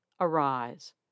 arise